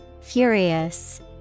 furious